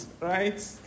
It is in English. right